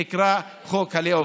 שנקרא חוק הלאום.